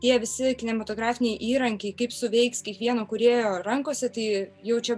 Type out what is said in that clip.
tie visi kinematografiniai įrankiai kaip suveiks kiekvieno kūrėjo rankose tai jau čia